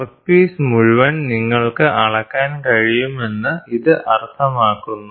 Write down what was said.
workpiece മുഴുവൻ നിങ്ങൾക്ക് അളക്കാൻ കഴിയുമെന്ന് ഇത് അർത്ഥമാക്കുന്നു